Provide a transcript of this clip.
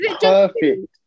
perfect